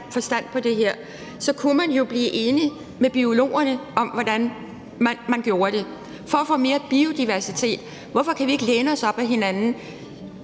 forstand på det her. Så kunne man jo blive enige med biologerne om, hvordan man gjorde det for at få mere biodiversitet. Hvorfor kan vi ikke læne os op ad hinanden,